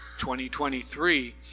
2023